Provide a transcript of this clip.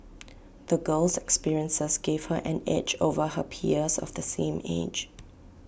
the girl's experiences gave her an edge over her peers of the same age